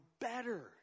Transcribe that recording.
better